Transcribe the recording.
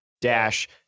Dash